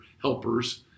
helpers